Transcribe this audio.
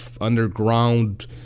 underground